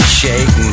shake